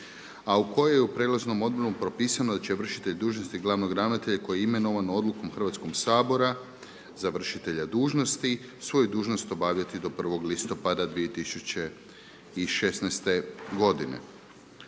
a u kojoj je u prijelaznom … propisano da će vršitelj dužnosti glavnog ravnatelja koji je imenovan odlukom Hrvatskoga sabora za vršitelja dužnosti svoju dužnost obavljati do 1. listopada 2016. godine.